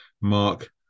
Mark